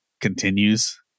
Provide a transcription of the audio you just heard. continues